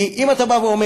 כי אם אתה בא ואומר,